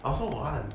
I also want